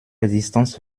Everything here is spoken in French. existence